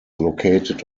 located